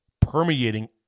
permeating